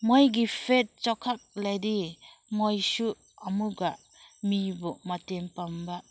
ꯃꯣꯏꯒꯤ ꯐꯦꯠ ꯆꯥꯎꯈꯠꯂꯗꯤ ꯃꯣꯏꯁꯨ ꯑꯃꯨꯛꯀ ꯃꯤꯕꯨ ꯃꯇꯦꯡ ꯄꯥꯡꯕ